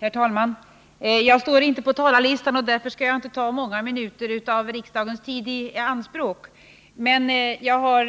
Herr talman! Jag står inte på talarlistan, och därför skall jag inte ta många Jag har